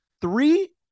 three